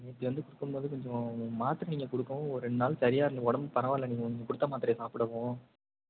நேற்று வந்து பார்க்கும்போது கொஞ்சம் மாத்திர நீங்கள் கொடுக்கவும் ஒரு ரெண்டு நாள் சரியாக இருந்துது உடம்பு பரவால்ல நீங்கள் கொடுத்த மாத்தரையை சாப்பிடவும்